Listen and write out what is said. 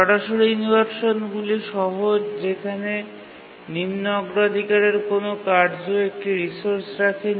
সরাসরি ইনভারশানগুলি সহজ যেখানে নিম্ন অগ্রাধিকারের কোনও কার্য একটি রিসোর্স রাখে